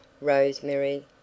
rosemary